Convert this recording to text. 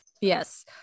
Yes